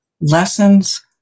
Lessons